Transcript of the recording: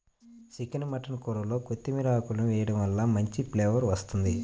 chicken mutton కూరల్లో కొత్తిమీర ఆకులను వేయడం వలన మంచి ఫ్లేవర్ వస్తుంది